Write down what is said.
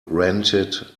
rented